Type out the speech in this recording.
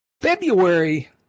February